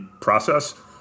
process